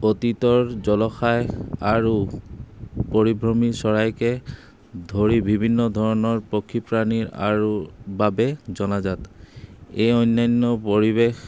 অতীতৰ জলসায় আৰু পৰিভ্ৰমী চৰাইকে ধৰি বিভিন্ন ধৰণৰ পক্ষীপ্ৰাণীৰ আৰু বাবে জনাজাত এই অন্যান্য পৰিৱেশ